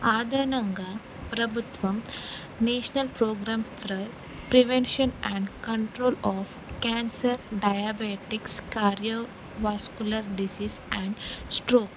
అదనంగా ప్రభుత్వం national programme for prevention and control of cancer diabetics cardiovascular disease and stroke